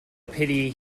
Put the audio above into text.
pity